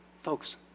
Folks